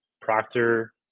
Proctor